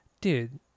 dude